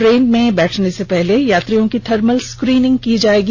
train में बैठने से पहले सभी यात्रियों की थर्मल स्कैनिंग की जायेगी